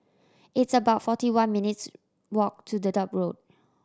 it's about forty one minutes' walk to the Dedap Road